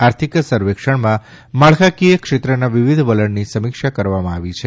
આર્થિક સર્વેક્ષણમાં માળખાંકીય ક્ષેત્રનાં વિવિધ વલણની સમીક્ષા કરવામાં આવી છે